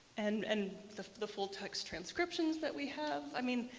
and and the the full-text transcriptions that we have. i mean,